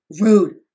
rude